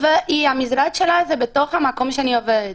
המשרד שלה זה בתוך המקום שאני עובדת,